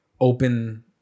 open